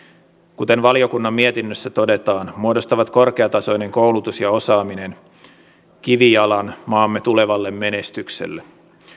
kuten valiokunnan mietinnössä todetaan muodostavat korkeatasoinen koulutus ja osaaminen kivijalan maamme tulevalle menestykselle